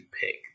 pick